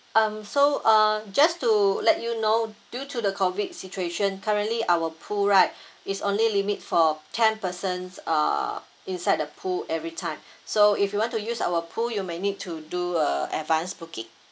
um so uh just to let you know due to the COVID situation currently our pool right is only limit for ten persons uh inside the pool every time so if you want to use our pool you may need to do a advance booking